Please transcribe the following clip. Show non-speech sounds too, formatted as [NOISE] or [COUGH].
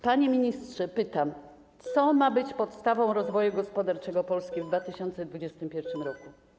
Panie ministrze, pytam: Co ma być podstawą rozwoju gospodarczego [NOISE] Polski w 2021 r.